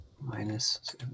Minus